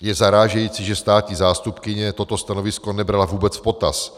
Je zarážející, že státní zástupkyně toto stanovisko nebrala vůbec v potaz.